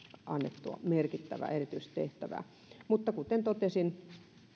annettua merkittävää erityistehtävää mutta kuten totesin